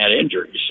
injuries